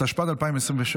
התשפ"ד 2024,